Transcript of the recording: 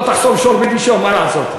בסדר, לא תחסום שור בדישו, מה לעשות.